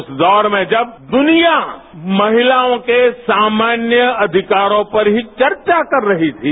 उस दौर में जब दुनिया महिलाओं के सामान्य अधिकारों पर ही चर्चा कर रही थी